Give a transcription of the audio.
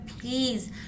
please